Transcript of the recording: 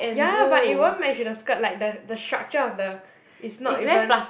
ya but it won't match with the skirt like the the structure of the is not even